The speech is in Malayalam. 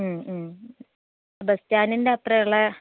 മ് മ് ബസ് സ്റ്റാൻഡിൻ്റെ അത്രേയൊള്ളേ